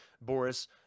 Boris